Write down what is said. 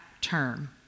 term